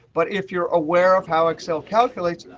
but if you're aware of how excel calculates,